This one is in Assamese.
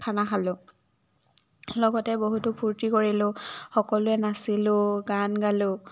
খানা খালো লগতে বহুতো ফূৰ্তি কৰিলো সকলোৱে নাচিলো গান গালো